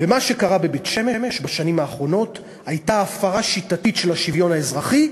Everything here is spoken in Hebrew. ומה שקרה בבית-שמש בשנים האחרונות היה הפרה שיטתית של השוויון האזרחי,